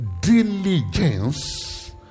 diligence